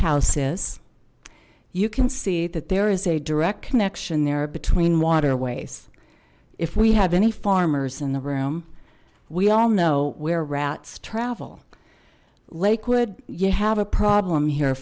house is you can see that there is a direct connection there between waterways if we have any farmers in the room we all know where rats travel lakewood you have a problem here